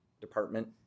department